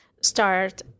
start